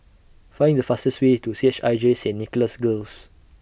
Find The fastest Way to C H I J Saint Nicholas Girls